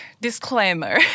disclaimer